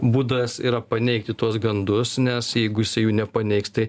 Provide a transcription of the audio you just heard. būdas yra paneigti tuos gandus nes jeigu jisai jų nepaneigs tai